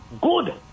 good